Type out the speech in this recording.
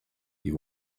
you